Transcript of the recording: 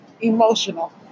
emotional